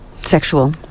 Sexual